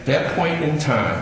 that point in time